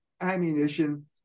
ammunition